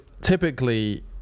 typically